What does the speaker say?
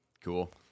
Cool